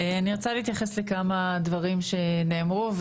אני רוצה להתייחס לכמה דברים שנאמרו.